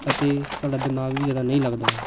ਅਤੇ ਸਾਡਾ ਦਿਮਾਗ ਵੀ ਜ਼ਿਆਦਾ ਨਹੀਂ ਲੱਗਦਾ ਹੈ